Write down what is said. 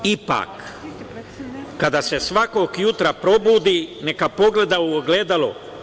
Ipak, kada se svakog jutra probudi neka pogleda u ogledalo.